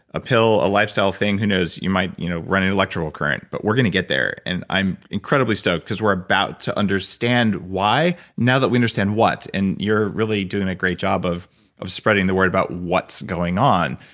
a pill, a lifestyle thing, who knows, you might you know run an electrical current, but we're going to get there. and i'm incredibly stoked because we're about to understand why now that we understand what. and you're really doing a great job of of spreading the word about what's going on.